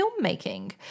filmmaking